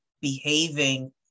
behaving